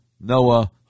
Noah